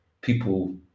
people